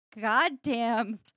goddamn